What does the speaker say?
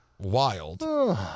wild